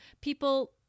People